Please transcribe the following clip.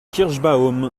kirschbaum